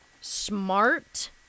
smart